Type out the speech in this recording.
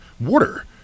water